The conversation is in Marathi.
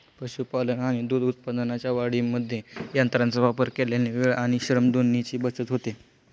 पशुपालन आणि दूध उत्पादनाच्या वाढीमध्ये यंत्रांचा वापर केल्याने वेळ आणि श्रम दोन्हीची बचत होते